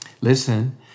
listen